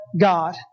God